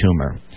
tumor